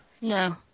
No